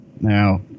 Now